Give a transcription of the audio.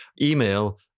email